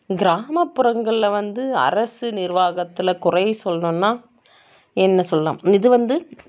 கிராமப்புறங்களில் வந்து அரசு நிர்வாகத்தில் குறை சொல்லணும்னால் என்ன சொல்லலாம் இது வந்து